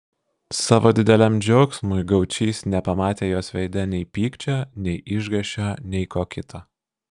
savo dideliam džiaugsmui gaučys nepamatė jos veide nei pykčio nei išgąsčio nei ko kito